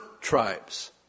tribes